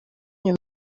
nyuma